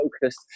focused